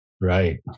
Right